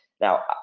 Now